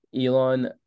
Elon